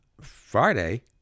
Friday